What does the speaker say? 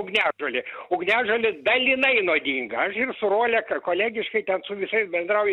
ugniažolė ugniažolė dalinai nuodinga aš ir su roleka kolegiškai ten su visais bendrauju